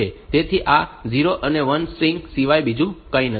તેથી આ 0 અને 1 ની સ્ટ્રિંગ સિવાય બીજું કંઈ નથી